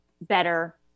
better